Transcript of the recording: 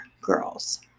girls